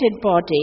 body